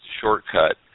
shortcut